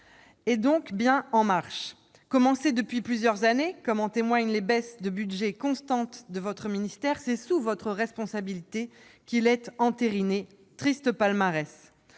est donc bien en marche. Commencé depuis plusieurs années, comme en témoignent les baisses de budget constantes de votre ministère, c'est sous votre responsabilité qu'il sera entériné. Triste palmarès !